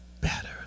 better